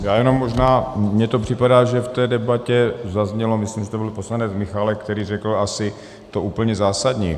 Já jenom možná, mně to připadá, že v té debatě zaznělo, myslím, že to byl poslanec Michálek, který řekl asi to úplně zásadní.